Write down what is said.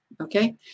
okay